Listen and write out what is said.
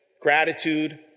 gratitude